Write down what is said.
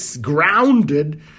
grounded